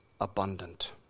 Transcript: abundant